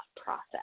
process